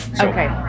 Okay